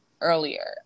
earlier